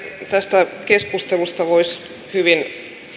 tästä keskustelusta voisi hyvin